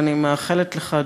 ואני מאחלת לך,